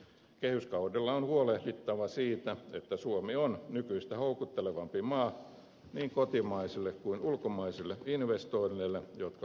kehyskaudella on huolehdittava siitä että suomi on nykyistä houkuttelevampi maa niin kotimaisille kuin ulkomaisillekin investoinneille jotka luovat työpaikkoja